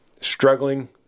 struggling